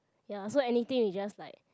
ya so anything we just like